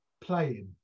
playing